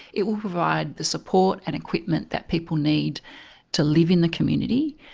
it will provide the support and equipment that people need to live in the community,